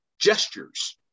gestures